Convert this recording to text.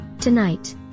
Tonight